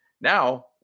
now